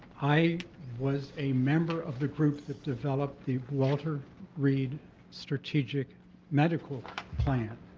i was a member of the group that developed the walter reed strategic medical plan,